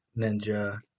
Ninja